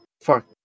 fuck